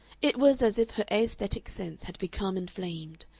it was as if her aesthetic sense had become inflamed.